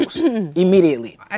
immediately